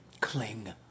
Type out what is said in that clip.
cling